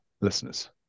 listeners